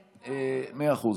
משכך,